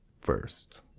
First